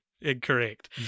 Incorrect